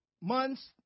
months